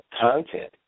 content